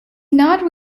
not